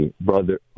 brother